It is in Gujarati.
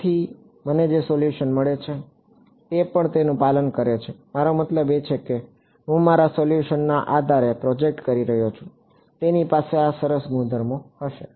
તેથી તેથી મને જે સોલ્યુશન મળે છે તે પણ તેનું પાલન કરે છે મારો મતલબ કે હું મારા સોલ્યુશનને આ આધારે પ્રોજેકટ કરી રહ્યો છું તેની પાસે આ સરસ ગુણધર્મો હશે